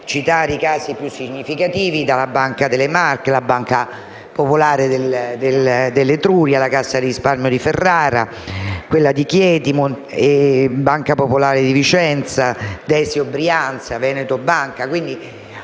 citare i casi più significativi: dalla banca delle Marche alla Banca popolare dell'Etruria, alla Cassa di risparmio di Ferrara a quella di Chieti; Banca popolare di Vicenza, Banco di Desio e della Brianza, Veneto Banca.